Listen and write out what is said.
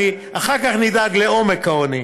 אחר כך נדאג לעומק העוני.